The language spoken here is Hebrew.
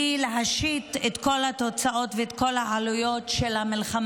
היא להשית את כל התוצאות ואת כל העלויות של המלחמה